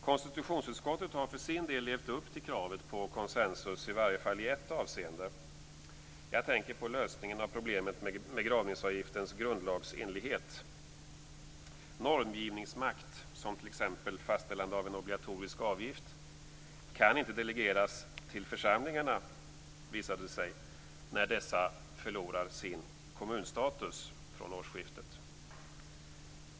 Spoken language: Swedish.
Konstitutionsutskottet har för sin del levt upp till kravet på konsensus, i varje fall i ett avseende. Jag tänker på lösningen av problemet med begravningsavgiftens grundlagsenlighet. Normgivningsmakt - som t.ex. fastställande av en obligatorisk avgift - kan inte delegeras till församlingarna, visar det sig, när dessa förlorar sin kommunstatus från årsskiftet.